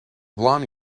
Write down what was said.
blond